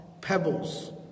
pebbles